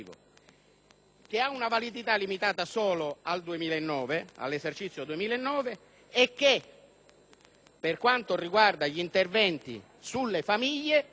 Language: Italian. e una validità limitata solo all'esercizio 2009. Per quanto riguarda gli interventi sulle famiglie,